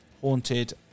Haunted